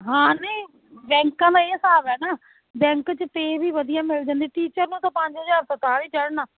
ਹਾਂ ਨਹੀਂ ਬੈਂਕਾਂ ਦਾ ਇਹ ਹਿਸਾਬ ਹੈ ਨਾ ਬੈਂਕ 'ਚ ਪੇ ਵੀ ਵਧੀਆ ਮਿਲ ਜਾਂਦੀ ਟੀਚਰ ਨੂੰ ਤਾਂ ਪੰਜ ਹਜ਼ਾਰ ਤੋਂ ਉਤਾਂਹ ਨਹੀਂ ਚੜ੍ਹਨਾ